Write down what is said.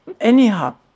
Anyhow